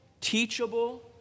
teachable